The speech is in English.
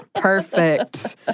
Perfect